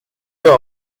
your